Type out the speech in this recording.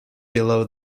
below